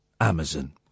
Amazon